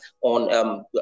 on